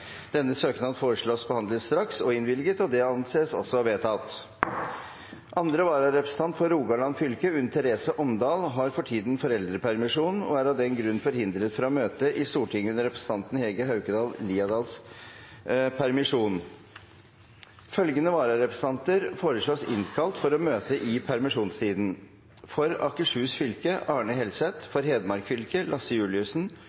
Denne søknaden foreslås behandlet straks og innvilget. – Det anses vedtatt. Andre vararepresentant for Rogaland fylke, Unn Therese Omdal, har for tiden foreldrepermisjon og er av den grunn forhindret fra å møte i Stortinget under representanten Hege Haukeland Liadals permisjon. Følgende vararepresentanter foreslås innkalt for å møte i permisjonstiden: For Akershus fylke: Are Helseth For Hedmark fylke: Lasse Juliussen